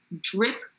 drip